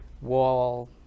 wall